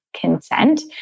consent